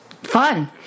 Fun